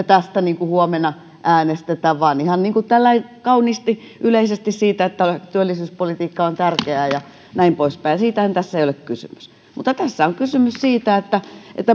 tästä huomenna äänestä vaan ihan tällä lailla kauniisti yleisesti siitä että työllisyyspolitiikka on tärkeää ja näin poispäin ja muustahan tässä ei ole kysymys mutta tässä on kysymys siitä että